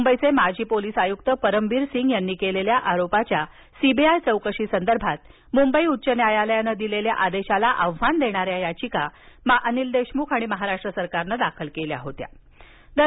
मुंबईचे माजी पोलिस आयुक्त परमबीर सिंह यांनी केलेल्या आरोपाच्या सी बी आय चौकशीसंदर्भात मुंबई उच्च न्यायालयाने दिलेल्या आदेशाला आव्हान देणारी याचिका अनिल देशमुख आणि महाराष्ट्र सरकारनं दाखल केली होती